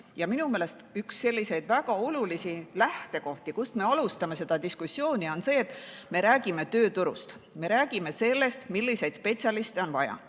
Minu meelest üks selliseid väga olulisi lähtekohti, kust me võiksime alustada seda diskussiooni, on see, et me räägime tööturust. Me räägime sellest, milliseid spetsialiste on vaja.